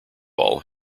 all